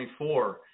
24